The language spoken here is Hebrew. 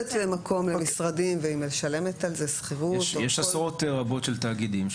בניגוד עניינים תדיר בין הפעילות של התאגיד,